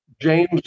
James